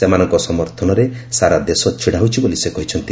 ସେମାନଙ୍କ ସମର୍ଥନରେ ସାରା ଦେଶ ଛିଡ଼ା ହୋଇଛି ବୋଲି ସେ କହିଛନ୍ତି